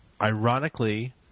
Ironically